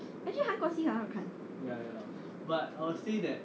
actually 韩国戏很好看